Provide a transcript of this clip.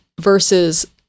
versus